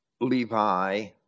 Levi